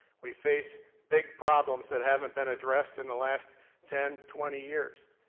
we face big problems that haven't been addressed in the last ten, twenty years.